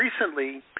recently